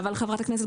אבל חברת הכנסת,